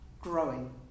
growing